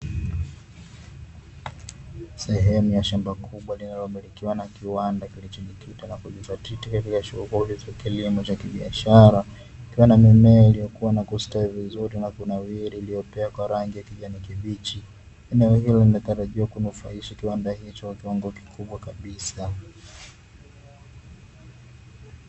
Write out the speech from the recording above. Sehemu ya shamba kubwa linalomilikiwa na kiwanda kilichojikita na kujidhatiti katika shughuli za kilimo cha biashara, likiwa na mimea iliokuwa na kustawi vizuri na kunawiri iliyopea kwa rangi ya kijani kibichi, eneo hilo linatarajia kunufaisha kiwanda hicho kwa kiwango kikubwa kabisa.